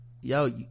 yo